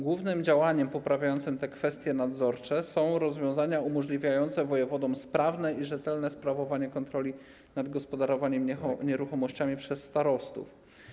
Głównym czynnikiem poprawiającym te kwestie nadzorcze są rozwiązania umożliwiające wojewodom sprawne i rzetelne sprawowanie kontroli nad gospodarowaniem nieruchomościami przez starostów.